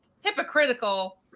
hypocritical